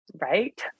Right